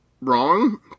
wrong